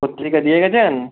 পত্রিকা দিয়ে গিয়েছেন